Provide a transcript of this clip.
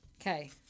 okay